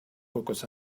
pocos